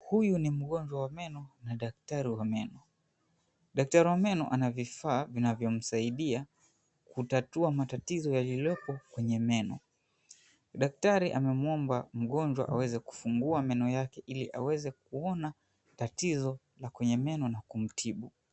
Huyu ni mgonjwa wa meno na daktari wa meno. Daktari wa meno ana vifaa vinavyomsaidia kutatua matatizo yaliyopo kwenye meno. Daktari amemuomba mgonjwa aweze kufungua meno yake ili aweze kuona tatizo lililopo kwenye meno na kumtibu.